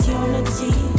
unity